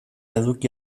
eduki